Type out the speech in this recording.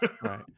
Right